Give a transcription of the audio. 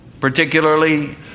Particularly